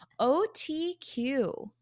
OTQ